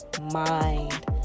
mind